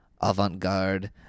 avant-garde